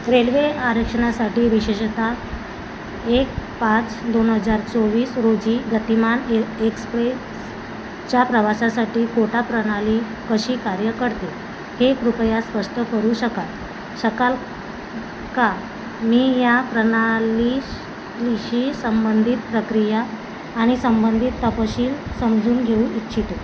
railway आरक्षणासाठी विशेषत एक पाच दोन हजार चोवीस रोजी गतिमान ए एक्सप्रेसच्या प्रवासासाठी कोटा प्रणाली कशी कार्य करते हे कृपया स्पष्ट करू शकाल शकाल का मी या प्रणालीशी संबंधित प्रक्रिया आणि संबंधित तपशील समजून घेऊ इच्छितो